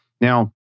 Now